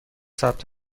ثبت